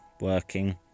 working